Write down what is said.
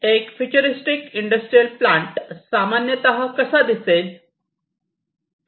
एक futuristic industrial plant सामान्यतः कसा दिसेल